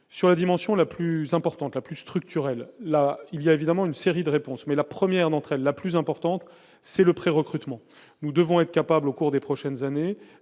sur la dimension la plus importante, la plus structurelle, là il y a évidemment une série de réponses, mais la première d'entre elles, la plus importante, c'est le pré-recrutement, nous devons être capables au cours des prochaines années